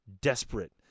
desperate